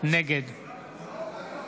נגד